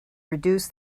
reduce